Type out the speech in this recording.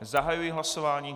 Zahajuji hlasování.